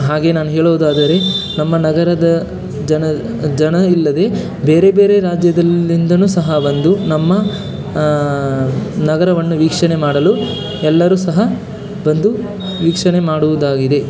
ಹಾಗೇ ನಾನು ಹೇಳುವುದಾದರೆ ನಮ್ಮ ನಗರದ ಜನ ಜನ ಇಲ್ಲದೇ ಬೇರೆ ಬೇರೆ ರಾಜ್ಯದಲ್ಲಿಂದಲೂ ಸಹ ಬಂದು ನಮ್ಮ ನಗರವನ್ನು ವೀಕ್ಷಣೆ ಮಾಡಲು ಎಲ್ಲರೂ ಸಹ ಬಂದು ವೀಕ್ಷಣೆ ಮಾಡುವುದಾಗಿದೆ